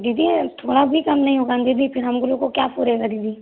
दीदी ये थोड़ा भी कम नहीं होगा दीदी फिर हम लोग को क्या पुरेंगा दीदी